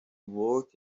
work